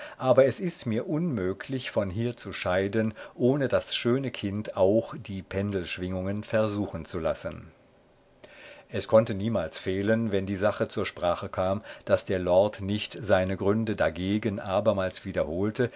aber es ist mir unmöglich von hier zu scheiden ohne das schöne kind auch die pendelschwingungen versuchen zu lassen es konnte niemals fehlen wenn die sache zur sprache kam daß der lord nicht seine gründe dagegen abermals wiederholte